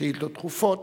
שאילתות דחופות.